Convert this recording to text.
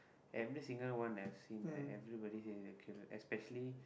every single one I've seen right everybody say it's a killer especially